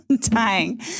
dying